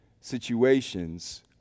situations